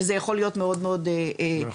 שזה יכול להיות מאוד מאוד מסוכן.